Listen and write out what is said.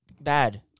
bad